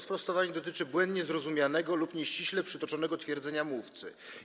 Sprostowanie dotyczy błędnie zrozumianego lub nieściśle przytoczonego twierdzenia mówcy.